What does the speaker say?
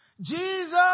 Jesus